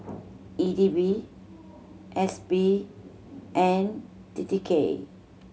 E D B S P and T T K